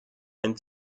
and